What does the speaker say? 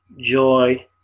joy